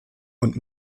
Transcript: und